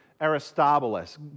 Aristobulus